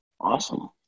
Awesome